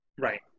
Right